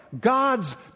God's